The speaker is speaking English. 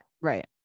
Right